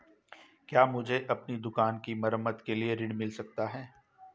क्या मुझे अपनी दुकान की मरम्मत के लिए ऋण मिल सकता है?